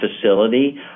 facility